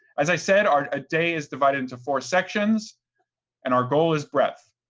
as i said, our a day is divided into four sections and our goal is breadth.